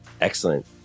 Excellent